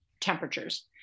temperatures